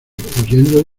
huyendo